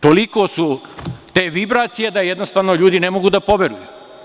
Tolike su te vibracije da jednostavno ljudi ne mogu da poveruju.